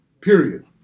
Period